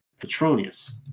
Petronius